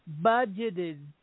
budgeted